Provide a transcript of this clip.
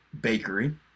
bakery